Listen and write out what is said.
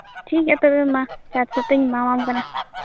ᱴᱷᱤᱠ ᱜᱮᱭᱟ ᱛᱵᱮ ᱢᱟ ᱪᱟᱨᱥᱚᱛᱮᱧ ᱮᱢᱟ ᱟᱢ ᱠᱟᱱᱟ